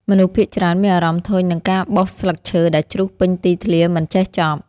មនុស្សភាគច្រើនមានអារម្មណ៍ធុញនឹងការបោសស្លឹកឈើដែលជ្រុះពេញទីធ្លាមិនចេះចប់។